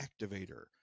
activator